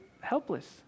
helpless